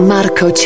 Marco